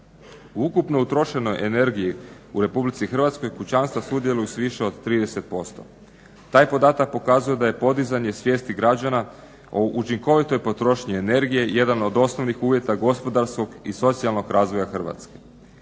ukupno utrošenoj energiji u RH kućanstva sudjeluju s više od 30%. Taj podatak pokazuje da je podizanje svijesti građana o učinkovitoj potrošnji energije jedan od osnovnih uvjeta gospodarskog i socijalnog razvoja Hrvatske.